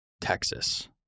Texas